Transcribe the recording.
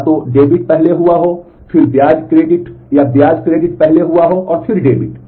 या तो डेबिट पहले हुआ है फिर ब्याज क्रेडिट या ब्याज क्रेडिट यह पहले हुआ है और फिर डेबिट